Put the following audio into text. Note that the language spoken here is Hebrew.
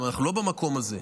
אנחנו לא במקום הזה.